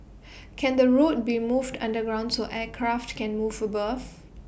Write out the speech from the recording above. can the road be moved underground so aircraft can move above